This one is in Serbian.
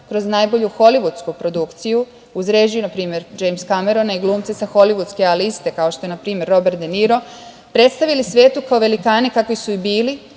kroz najbolju holivudsku produkciju, uz režiju npr. Đejms Kamerona i glumce sa holivudske A liste, kao što je npr. Rober De Niro, predstavili svetu kao velikane, kakvi su i bili,